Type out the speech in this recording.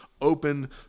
open